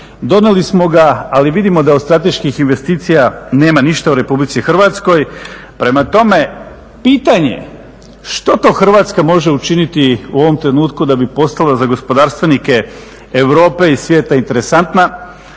donijeli smo ga ali vidimo da od strateških investicija nema ništa u Republici Hrvatskoj, prema tome pitanje je što to Hrvatska može učiniti u ovom trenutku da bi postala za gospodarstvenika Europe i svijeta interesantna,